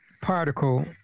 particle